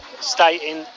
stating